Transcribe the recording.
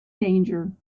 danger